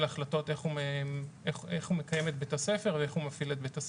החלטות איך הוא מקיים את בית הספר ואיך הוא מפעיל את בית הספר.